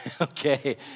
okay